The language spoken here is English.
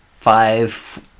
five